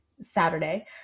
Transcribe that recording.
Saturday